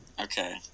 Okay